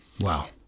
Wow